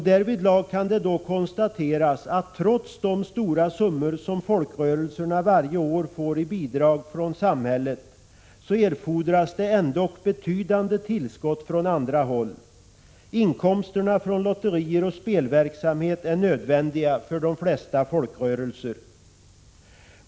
Därvidlag kan det konstateras, att trots de stora summor som folkrörelserna varje år får i bidrag från samhället erfordras det betydande tillskott från andra håll. Inkomsterna från lotterier och spelverksamhet är nödvändiga för de flesta folkrörelser.